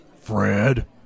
Fred